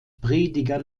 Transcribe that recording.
prediger